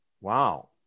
Wow